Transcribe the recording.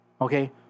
Okay